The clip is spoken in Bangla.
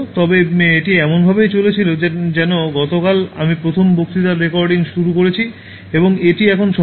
তবে এটি এমনভাবেই চলেছিল যেন গতকাল আমি প্রথম বক্তৃতার রেকর্ডিং শুরু করেছি এবং এটি এখন সম্পূর্ণ হচ্ছে